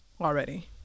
already